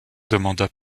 demanda